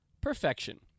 Perfection